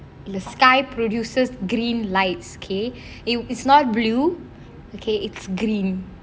sky produces green lights okay it is not blue okay it's green